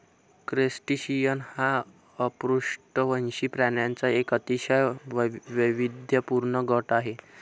crustacean हा अपृष्ठवंशी प्राण्यांचा एक अतिशय वैविध्यपूर्ण गट आहे